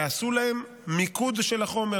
יעשו להם מיקוד של החומר,